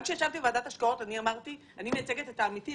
גם כשישבתי בוועדת השקעות אני אמרתי אני מייצגת את העמיתים,